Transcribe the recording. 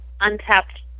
untapped